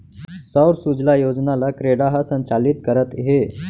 सौर सूजला योजना ल क्रेडा ह संचालित करत हे